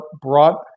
brought